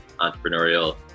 entrepreneurial